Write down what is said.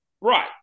Right